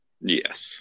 Yes